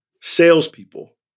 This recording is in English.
salespeople